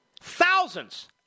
Thousands